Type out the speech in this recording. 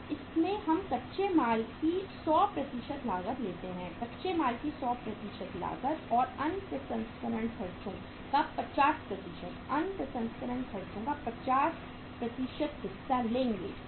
तो इसमें हम कच्चे माल की 100 लागत लेते हैं कच्चे माल की 100 लागत और अन्य प्रसंस्करण खर्चों का 50 अन्य प्रसंस्करण खर्चों का 50 हिस्सा लेंगे